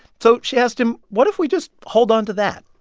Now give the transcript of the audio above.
so she asked him, what if we just hold on to that?